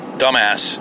dumbass